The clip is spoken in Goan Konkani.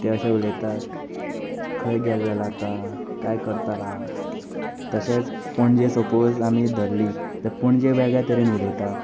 ते अशे उलयतात खंय गेल्लला ता कांय करतालां तशेंच पणजे सपोज आमी धल्ली ते पणजे वेगळ्या तरेन उलयता